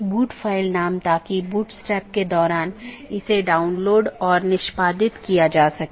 यह विज्ञापन द्वारा किया जाता है या EBGP वेपर को भेजने के लिए राउटिंग विज्ञापन बनाने में करता है